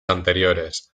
anteriores